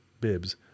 bibs